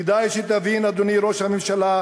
כדאי שתבין, אדוני ראש הממשלה,